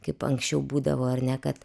kaip anksčiau būdavo ar ne kad